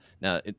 now